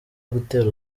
gutera